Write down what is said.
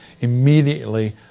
Immediately